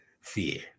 fear